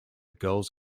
girls